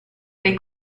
dei